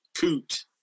coot